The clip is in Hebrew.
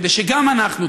כדי שגם אנחנו,